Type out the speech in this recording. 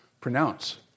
pronounce